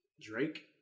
Drake